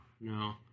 No